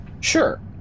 sure